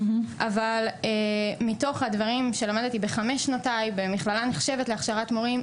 אבל מתוך הדברים שלמדתי בחמש שנותיי במכללה נחשבת להכשרת מורים,